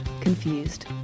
Confused